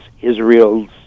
Israel's